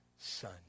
son